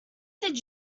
did